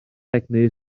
egni